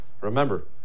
Remember